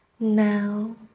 Now